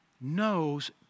knows